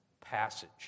passage